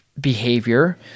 behavior